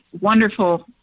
wonderful